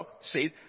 says